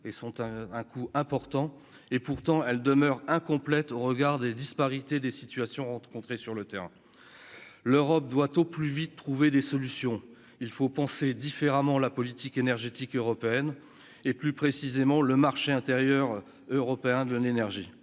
et sont à un coût important et pourtant elle demeure incomplète au regard des disparités des situations rencontrées sur le terrain, l'Europe doit au plus vite, trouver des solutions, il faut penser différemment la politique énergétique européenne et plus précisément le marché intérieur européen d'une énergie,